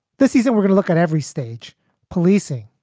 this is we're gonna look at every stage policing,